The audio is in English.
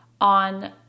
on